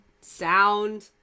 sound